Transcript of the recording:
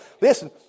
Listen